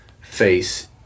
face